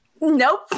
Nope